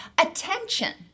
attention